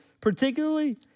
particularly